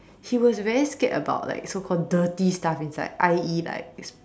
he was very scared about like so called dirty stuff inside ie like